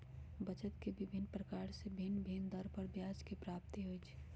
बचत के विभिन्न प्रकार से भिन्न भिन्न दर पर ब्याज के प्राप्ति होइ छइ